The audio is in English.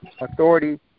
authority